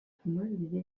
команде